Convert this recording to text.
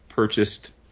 purchased